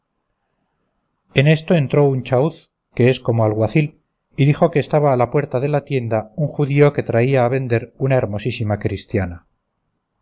en esto entró un chauz que es como alguacil y dijo que estaba a la puerta de la tienda un judío que traía a vender una hermosísima cristiana